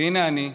והינה אני,